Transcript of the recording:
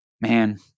man